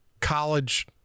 college